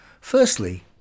Firstly